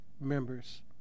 members